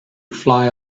fly